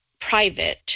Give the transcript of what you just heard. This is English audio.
private